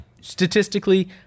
statistically